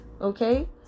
okay